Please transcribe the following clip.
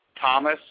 Thomas